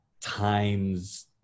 times